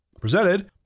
presented